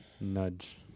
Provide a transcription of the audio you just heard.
nudge